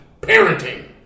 parenting